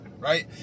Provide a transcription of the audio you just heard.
right